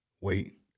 Wait